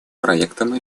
проектам